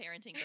parenting